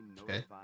okay